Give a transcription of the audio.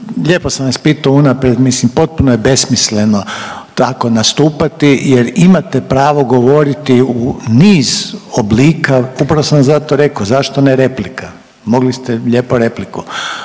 lijepo sam vas pitao unaprijed, mislim potpuno je besmisleno tako nastupati jer imate pravo govoriti u niz oblika, upravo sam vam zato rekao zašto ne replika, mogli ste lijepo repliku